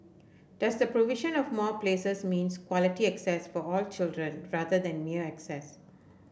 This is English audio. does the provision of more places means quality access for all children rather than mere access